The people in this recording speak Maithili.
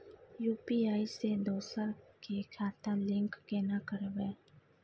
यु.पी.आई से दोसर के खाता लिंक केना करबे?